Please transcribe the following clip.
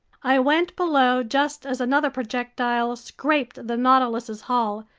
i went below just as another projectile scraped the nautilus's hull,